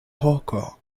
hoko